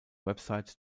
website